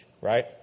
right